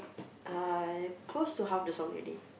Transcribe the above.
uh close to half the song already